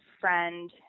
friend